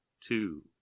two